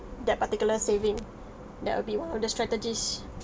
that particular saving that will be one of the strategies